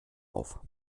auf